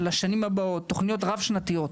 תוכניות רב שנתיות,